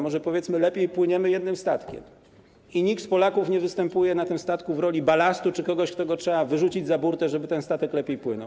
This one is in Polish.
Może powiedzmy lepiej: płyniemy jednym statkiem i nikt z Polaków nie występuje na tym statku w roli balastu czy kogoś, kogo trzeba wyrzucić za burtę, żeby ten statek lepiej płynął.